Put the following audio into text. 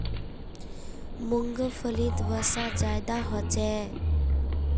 मूंग्फलीत वसा ज्यादा होचे